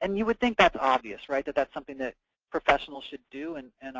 and you would think that's obvious, right? that that's something that professionals should do, and and